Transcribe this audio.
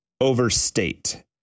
overstate